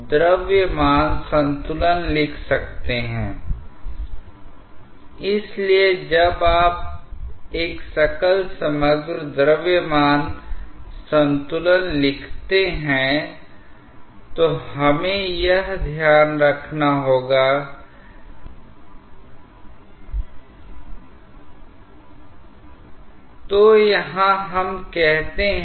तो यहां पर बिंदु 1 और 2 हैं मान लेते हैं कि यह वह अनुभाग है जिसमें बिंदु1 और 2 हैंI इसलिए हमारे पास एक स्ट्रीम लाइन यह है और हमारे पास एक और स्ट्रीम लाइन हैI अब यह दोनों स्ट्रीम लाइन एक दूसरे के बहुत करीब हैंI यह इतने नजदीक हैंI अब मान लेते हैं कि यहां पर वेग u1 है यहाँ वेग u2 है